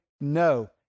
no